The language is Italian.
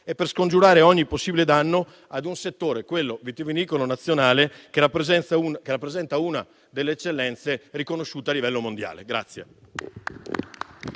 per scongiurare ogni possibile danno a un settore - quello vitivinicolo nazionale - che rappresenta un'eccellenza riconosciuta a livello mondiale.